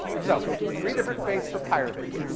so, three different fates for pyruvate.